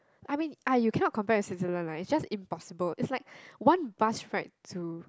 I mean ah you cannot compare with Switzerland lah it's just impossible it's like one bus ride to